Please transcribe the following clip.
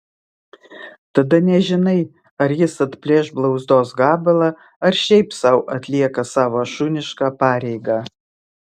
tada nežinai ar jis atplėš blauzdos gabalą ar šiaip sau atlieka savo šunišką pareigą